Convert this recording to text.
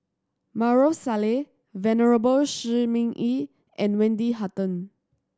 Maarof Salleh Venerable Shi Ming Yi and Wendy Hutton